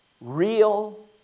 real